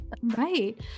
right